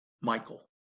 Michael